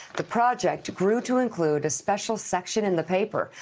the project grew to include a special section in the paper,